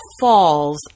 falls